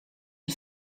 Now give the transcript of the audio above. een